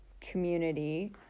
community